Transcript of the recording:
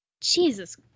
Jesus